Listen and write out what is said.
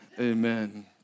Amen